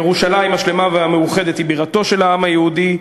ירושלים השלמה והמאוחדת היא בירתו של העם היהודי.